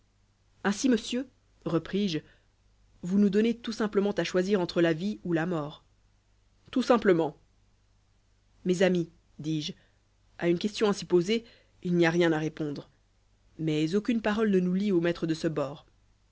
ainsi monsieur repris-je vous nous donnez tout simplement à choisir entre la vie ou la mort tout simplement mes amis dis-je à une question ainsi posée il n'y a rien à répondre mais aucune parole ne nous lie au maître de ce bord